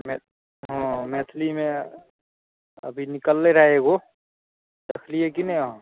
मै हँ मैथिलीमे अभी निकललै रहए एगो देखलियै कि नहि अहाँ